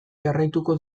jarraituko